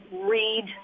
read